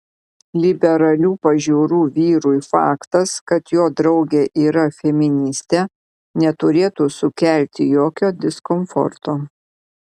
liberalių pažiūrų vyrui faktas kad jo draugė yra feministė neturėtų sukelti jokio diskomforto